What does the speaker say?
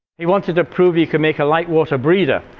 he wanted to prove you can make a light water breeder.